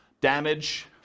Damage